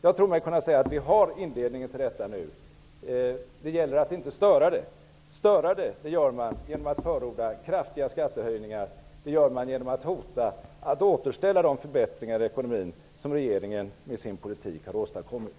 Jag tror mig kunna säga att denna utveckling nu har inletts. Det gäller att inte störa den genom att förorda kraftiga skattehöjningar och hota de förbättringar inom ekonomin som regeringen med sin politik har åstadkommit.